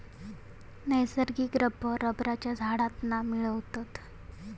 नैसर्गिक रबर रबरच्या झाडांतना मिळवतत